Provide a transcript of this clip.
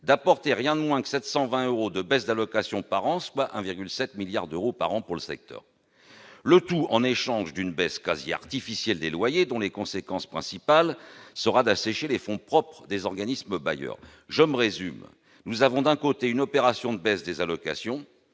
d'apporter rien de moins que 720 euros par an au titre de la baisse de l'allocation, soit 1,7 milliard d'euros par an pour le secteur ... Le tout en échange d'une baisse quasi artificielle des loyers, dont la conséquence principale sera d'assécher les fonds propres des organismes bailleurs. Résumons ! Nous avons, d'un côté, une opération de baisse des allocations,